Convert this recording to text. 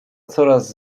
coraz